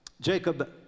Jacob